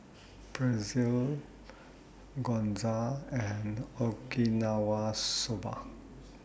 Pretzel Gyoza and Okinawa Soba